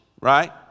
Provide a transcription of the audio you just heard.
right